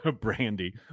Brandy